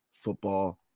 football